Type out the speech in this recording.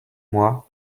moi